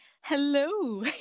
Hello